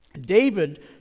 David